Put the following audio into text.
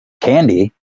candy